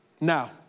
now